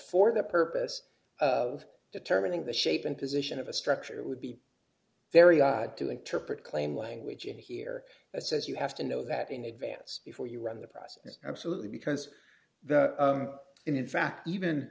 for the purpose of determining the shape and position of a structure it would be very odd to interpret claim language in here that says you have to know that in advance before you run the process absolutely because in fact even